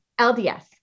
LDS